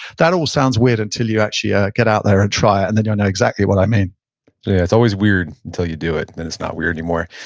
that all sounds weird until you actually ah get out there and try it, and then you'll know exactly what i mean yeah it's always weird until you do it, and then it's not weird anymore.